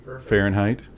fahrenheit